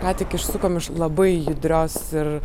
ką tik išsukom iš labai judrios ir